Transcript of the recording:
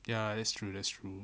ya that's true that's true